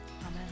Amen